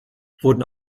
wurden